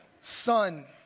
son